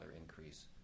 increase